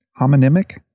Homonymic